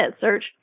search